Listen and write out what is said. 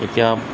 এতিয়া